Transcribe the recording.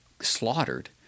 slaughtered